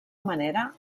manera